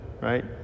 right